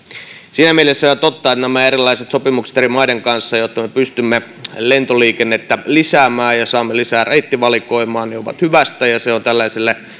siinä mielessä on ihan totta että nämä erilaiset sopimukset eri maiden kanssa jotta me pystymme lentoliikennettä lisäämään ja saamme lisää reittivalikoimaa ovat hyvästä ja se on tällaiselle